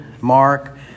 mark